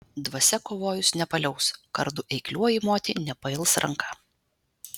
dvasia kovojus nepaliaus kardu eikliuoju moti nepails ranka